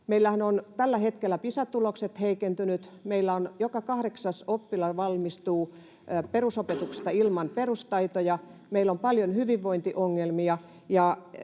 meillähän on tällä hetkellä Pisa-tulokset heikentyneet, meillä joka kahdeksas oppilas valmistuu perusopetuksesta ilman perustaitoja, meillä on paljon hyvinvointiongelmia